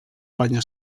penya